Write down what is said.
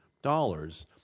dollars